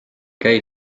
käi